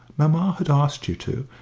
mamma had asked you to,